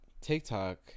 tiktok